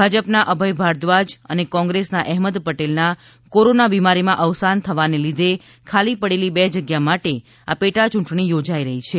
ભાજપના અભય ભારદ્વાજ અને કોંગ્રેસના અહેમદ પટેલના કોરોના બીમારીમાં અવસાન થવાને લીઘે ખાલી પડેલી બે જગ્યા માટે આ પેટા યૂંટણી યોજાઈ રહી છે